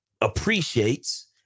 appreciates